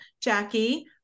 Jackie